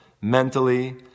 mentally